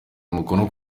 umukono